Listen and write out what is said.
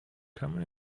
come